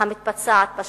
המתבצעת בשטח,